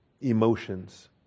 Emotions